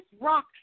rock